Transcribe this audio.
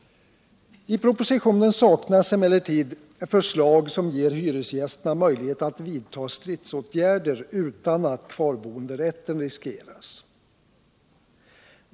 I propositionen saknas emellertid förslag som ger hyresgästerna möjlighet all vidta stridsåtgärder utan att kvarboenderätten riskeras.